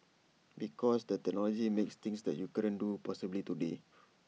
because the technology makes things that you couldn't do possible today